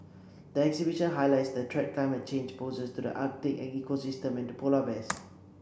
the exhibition highlights the threat climate change poses to the Arctic ecosystems and polar bears